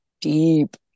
deep